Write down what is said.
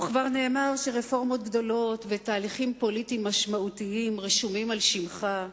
וכבר נאמר שרפורמות גדולות ותהליכים פוליטיים משמעותיים רשומים על שמך.